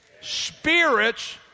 spirits